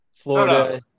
Florida